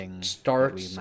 start